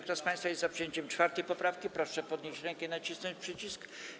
Kto z państwa jest za przyjęciem 4. poprawki, proszę podnieść rękę i nacisnąć przycisk.